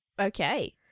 Okay